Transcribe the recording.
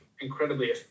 incredibly